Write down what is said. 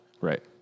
Right